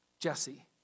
Jesse